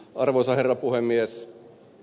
arvoisa herra puhemies